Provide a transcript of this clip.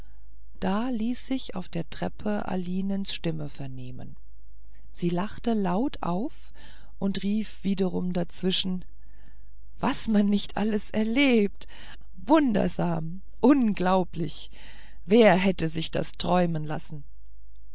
da ließ sich auf der treppe alinens stimme vernehmen sie lachte laut auf und rief wiederum dazwischen was man nicht alles erlebt wundersam unglaublich wer hätte sich das träumen lassen